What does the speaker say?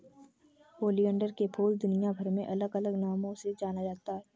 oleander के फूल दुनियाभर में अलग अलग नामों से जाना जाता है